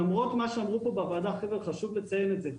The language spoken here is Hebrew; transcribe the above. למרות מה שאמרו פה בוועדה וחשוב לציין את זה,